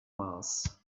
mars